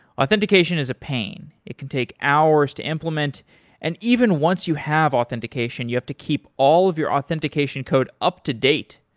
authentication is a pain. it can take hours to implement and even once you have authentication, you have to keep all of your authentication code up to date.